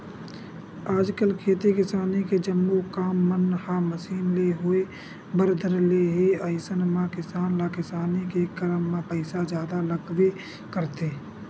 आजकल खेती किसानी के जम्मो काम मन ह मसीन ले होय बर धर ले हे अइसन म किसान ल किसानी के करब म पइसा जादा लगबे करथे